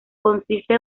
consiste